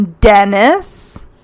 Dennis